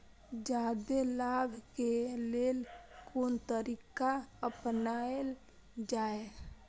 जादे लाभ के लेल कोन तरीका अपनायल जाय?